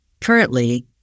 Currently